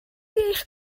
eich